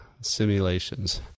simulations